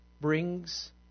brings